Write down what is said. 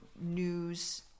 news